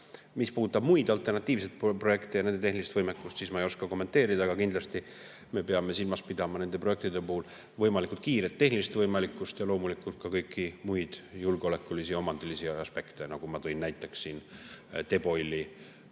Mis puudutab muid alternatiivseid projekte ja nende tehnilist võimekust, siis neid ma ei oska kommenteerida. Aga kindlasti me peame nende projektide puhul silmas pidama võimalikult kiiret tehnilist võimalikkust ning loomulikult ka kõiki muid julgeolekulisi ja omandilisi aspekte, nagu ma tõin siin näiteks Teboili